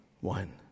one